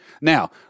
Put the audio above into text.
Now